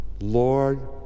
Lord